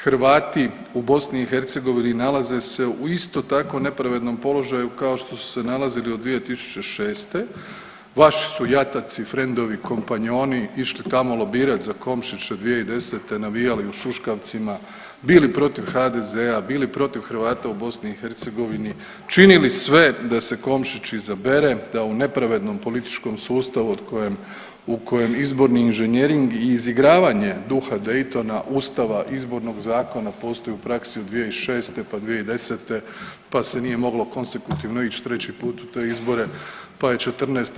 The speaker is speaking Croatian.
Hrvati u BiH nalaze se u isto tako nepravednom položaju kao što su se nalazili od 2006., vaši su jataci, frendovi, kompanjoni išli tamo lobirati za Komšića 2010., navijali u šuškavcima, bili protiv HDZ-a, bili protiv Hrvata u BiH, činili sve da se Komšić izabere, da u nepravednom političkom sustavu od kojem, u kojem izborni inženjering i izigravanje duha Daytona, ustava, izbornog zakona postoji u praksi od 2006. pa 2010. pa se nije moglo konstitutivno ići treći put u te izbore pa je '14.